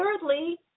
thirdly